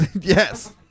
Yes